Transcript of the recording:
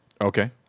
Okay